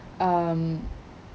um